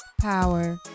Power